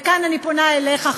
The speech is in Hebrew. וכאן אני פונה אליך,